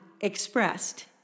expressed